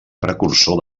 precursor